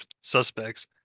suspects